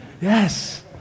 Yes